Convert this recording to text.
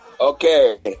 Okay